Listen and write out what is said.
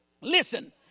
Listen